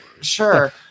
Sure